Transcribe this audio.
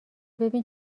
ببین